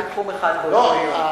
רק בתחום אחד באותו יום.